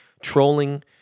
trolling